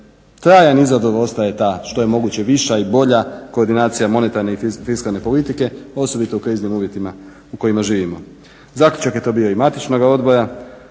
trajni izazov ostaje ta što je moguće viša i bolja koordinacija monetarne i fiskalne politike osobito u kriznim uvjetima u kojima živimo. Zaključak je to bio i matičnoga odbora,